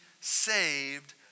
saved